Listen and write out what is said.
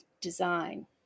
design